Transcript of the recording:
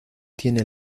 tiene